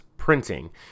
Printing